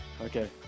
Okay